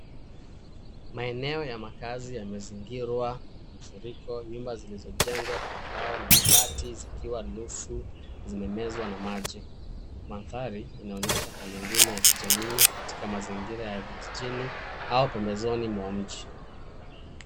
Maeneo ya makaazi yamezingirwa na mafuriko. Nyumba zilizojengwa Kwa mbao na mabati zikiwa nusu zimemezwa na maji. Mandhari inaonyesha hali ngumu ya kijamii katika mazingira ya vijijini au pembezoni mwa mji.